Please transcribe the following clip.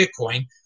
Bitcoin